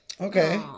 Okay